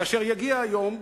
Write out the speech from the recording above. כאשר יגיע היום,